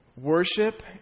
Worship